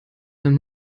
wenn